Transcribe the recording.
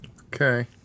Okay